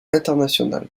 internationales